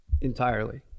Entirely